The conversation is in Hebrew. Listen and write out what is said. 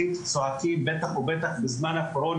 גם בשער וגם בשיעור,